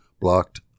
blocked